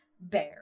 bear